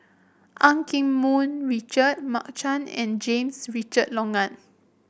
Eu Keng Mun Richard Mark Chan and James Richard Logan